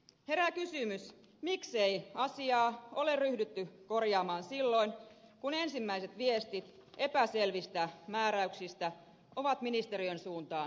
herää kysymys miksei asiaa ole ryhdytty korjaamaan silloin kun ensimmäiset viestit epäselvistä määräyksistä ovat ministeriön suuntaan tulleet